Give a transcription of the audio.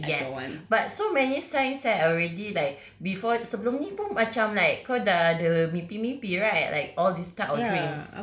ya but so many signs eh already like before sebelum ni pun macam like kau dah ada mimpi-mimpi right like all this type of dreams